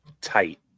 tight